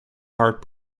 heart